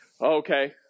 Okay